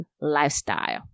lifestyle